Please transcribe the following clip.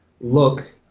look